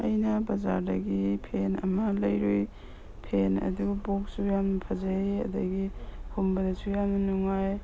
ꯑꯩꯅ ꯕꯥꯖꯥꯔꯗꯒꯤ ꯐꯦꯟ ꯑꯃ ꯂꯩꯔꯨꯏ ꯐꯦꯟ ꯑꯗꯨ ꯕꯣꯛꯁꯁꯨ ꯌꯥꯝ ꯐꯖꯩ ꯑꯗꯒꯤ ꯍꯨꯝꯕꯗꯁꯨ ꯌꯥꯝꯅ ꯅꯨꯡꯉꯥꯏ